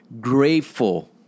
grateful